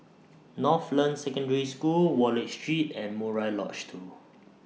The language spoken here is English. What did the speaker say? Northland Secondary School Wallich Street and Murai Lodge two